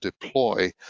deploy